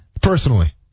Personally